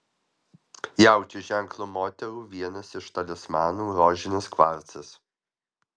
jaučio ženklo moterų vienas iš talismanų rožinis kvarcas